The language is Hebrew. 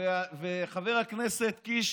חבר הכנסת קיש